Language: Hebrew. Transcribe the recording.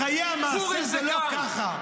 בחיי המעשה זה לא ככה.